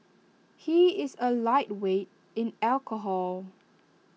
he is A lightweight in alcohol